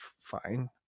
fine